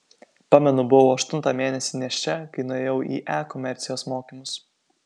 pamenu buvau aštuntą mėnesį nėščia kai nuėjau į e komercijos mokymus